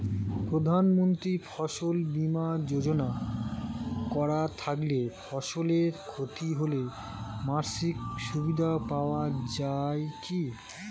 প্রধানমন্ত্রী ফসল বীমা যোজনা করা থাকলে ফসলের ক্ষতি হলে মাসিক সুবিধা পাওয়া য়ায় কি?